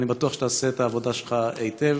ואני בטוח שתעשה את העבודה שלך היטב.